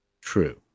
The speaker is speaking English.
true